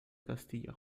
castilla